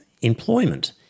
employment